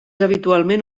habitualment